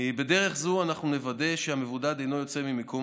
בדרך זו נוודא שהמבודד אינו יוצא ממקום